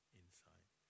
inside